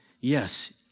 yes